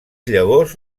llavors